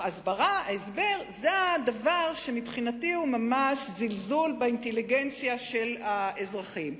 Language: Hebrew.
ההסבר מבחינתי הוא ממש זלזול באינטליגנציה של האזרחים.